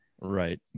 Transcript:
right